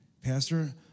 Pastor